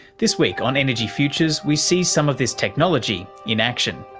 this week on energy futures we see some of this technology in action.